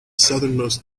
southernmost